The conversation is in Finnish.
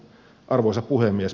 arvoisa puhemies